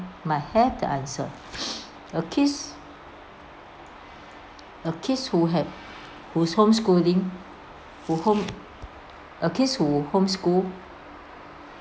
might have the answer a kid's a kid's who have who's homeschooling who home a kid's who homeschool